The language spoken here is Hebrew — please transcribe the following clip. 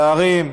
בערים.